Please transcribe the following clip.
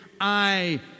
I